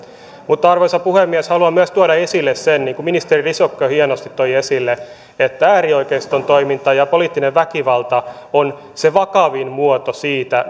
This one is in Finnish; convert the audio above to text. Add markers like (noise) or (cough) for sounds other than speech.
arvoisa puhemies haluan myös tuoda esille sen niin kuin ministeri risikko hienosti toi esille että äärioikeiston toiminta ja poliittinen väkivalta on se vakavin muoto siitä (unintelligible)